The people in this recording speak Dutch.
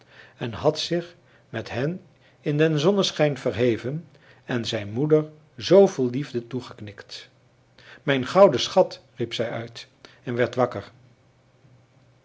en had zich met hen in den zonneschijn verheven en zijn moeder zoo vol liefde toegeknikt mijn gouden schat riep zij uit en werd wakker